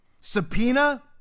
subpoena